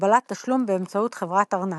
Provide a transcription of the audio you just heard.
בקבלת תשלום באמצעות חברת ארנק,